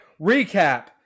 recap